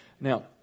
Now